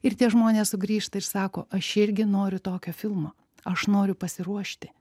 ir tie žmonės sugrįžta ir sako aš irgi noriu tokio filmo aš noriu pasiruošti